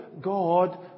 God